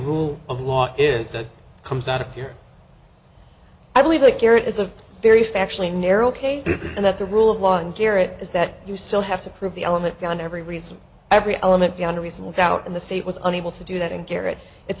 rule of law is that comes out of here i believe the care is a very factually narrow case and that the rule of law and garrett is that you still have to prove the element beyond every reason every element beyond a reasonable doubt in the state was unable to do that and garrett it's